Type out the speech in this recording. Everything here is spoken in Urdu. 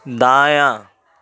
دایاں